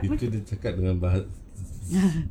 itu dia pun cakap dengan baik